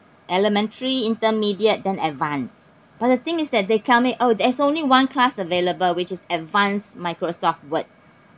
elementary intermediate then advanced but the thing is that they call me oh there's only one class available which is advanced Microsoft Word